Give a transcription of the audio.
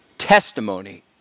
testimony